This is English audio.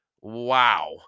Wow